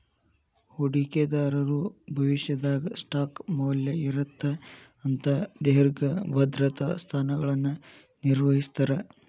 ಹೂಡಿಕೆದಾರರು ಭವಿಷ್ಯದಾಗ ಸ್ಟಾಕ್ ಮೌಲ್ಯ ಏರತ್ತ ಅಂತ ದೇರ್ಘ ಭದ್ರತಾ ಸ್ಥಾನಗಳನ್ನ ನಿರ್ವಹಿಸ್ತರ